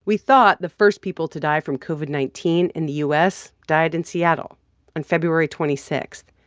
we thought the first people to die from covid nineteen in the u s. died in seattle on feb. twenty six.